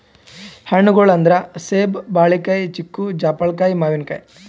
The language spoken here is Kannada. ಹಣ್ಣ್ಗೊಳ್ ಅಂದ್ರ ಸೇಬ್, ಬಾಳಿಕಾಯಿ, ಚಿಕ್ಕು, ಜಾಪಳ್ಕಾಯಿ, ಮಾವಿನಕಾಯಿ